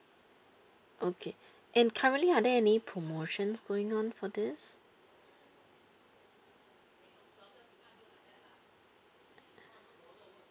okay and currently are there any promotions going on for this